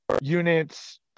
units